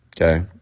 Okay